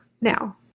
Now